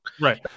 right